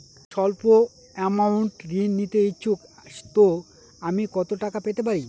আমি সল্প আমৌন্ট ঋণ নিতে ইচ্ছুক তো আমি কত টাকা পেতে পারি?